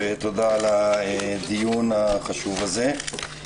ותודה על הדיון החשוב הזה.